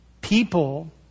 people